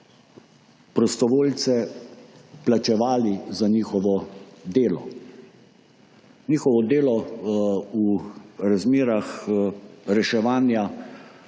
prostovoljce plačevali za njihovo delo. Njihovo delo v razmerah reševanja